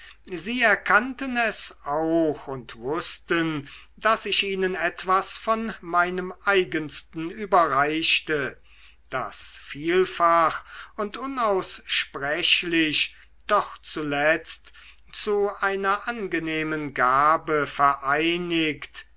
sie erkannten es auch und wußten daß ich ihnen etwas von meinem eigensten überreichte das vielfach und unaussprechlich doch zuletzt zu einer angenehmen gabe vereinigt